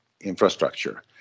infrastructure